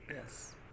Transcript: Yes